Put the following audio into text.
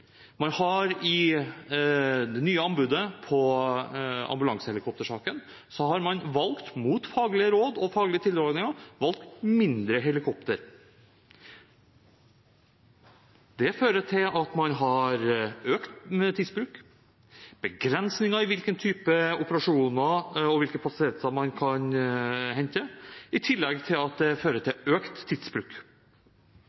Man har i det nye anbudet i ambulansehelikoptersaken mot faglige råd og faglige tilrådinger valgt mindre helikopter. Det fører til at man har begrensninger på hvilken type operasjoner og hvilke pasienter man kan hente, i tillegg til at det fører til